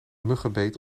muggenbeet